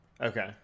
Okay